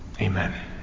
Amen